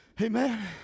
Amen